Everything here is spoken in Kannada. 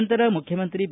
ನಂತರ ಮುಖ್ಯಮಂತ್ರಿ ಬಿ